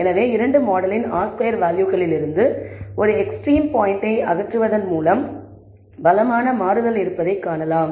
எனவே இரண்டு மாடலின் R ஸ்கொயர் வேல்யூகளிலிருந்து ஒரு எக்ஸ்ட்ரீம் பாய்ண்டை அகற்றுவதன் மூலம் பலமான மாற்றம் இருப்பதைக் காணலாம்